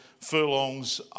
furlongs